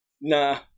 Nah